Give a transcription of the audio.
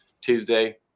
Tuesday